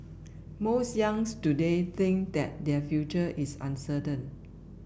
most today think that their future is uncertain